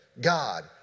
God